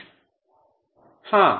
छात्र हाँ